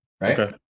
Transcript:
Right